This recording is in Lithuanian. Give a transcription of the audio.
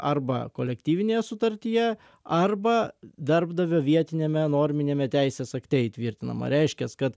arba kolektyvinėje sutartyje arba darbdavio vietiniame norminiame teisės akte įtvirtinama reiškias kad